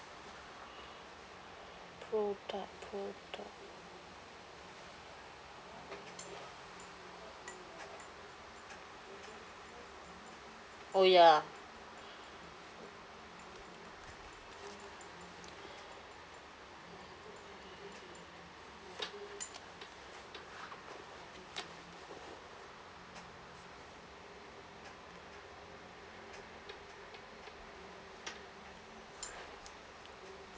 product product oh ya